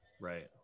right